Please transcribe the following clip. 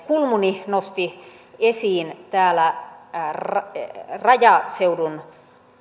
kulmuni nosti täällä esiin rajaseudun